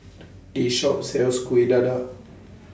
This Shop sells Kueh Dadar